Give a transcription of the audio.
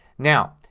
now,